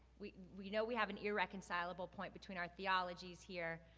we we know we have an irreconcilable point between our theologies here,